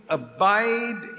abide